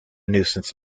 nuisance